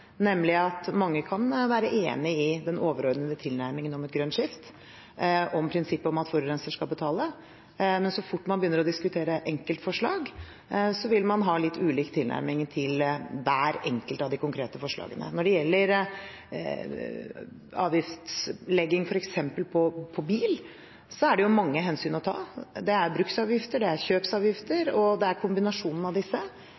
nemlig at mange kan være enig i den overordnede tilnærmingen om et grønt skifte, om prinsippet om at forurenser skal betale, men så fort man begynner å diskutere enkeltforslag, vil man ha litt ulik tilnærming til hvert enkelt av de konkrete forslagene. Når det gjelder avgiftslegging, f.eks. på bil, så er det mange hensyn å ta. Det er bruksavgifter, det er kjøpsavgifter, og det er kombinasjonen av disse